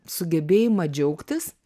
sugebėjimą džiaugtis